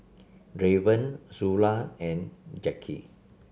Draven Zula and Jackie